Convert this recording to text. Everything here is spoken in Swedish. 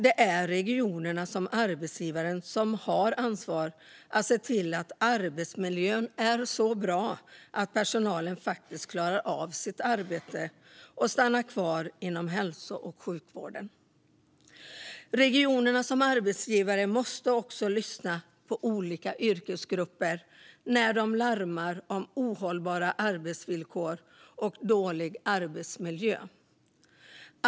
Det är regionerna som arbetsgivare som har ansvar att se till att arbetsmiljön är så bra att personalen faktiskt klarar av sitt arbete och stannar kvar inom hälso och sjukvården. Regionerna som arbetsgivare måste också lyssna på olika yrkesgrupper när de larmar om ohållbara arbetsvillkor och dålig arbetsmiljö.